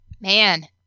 Man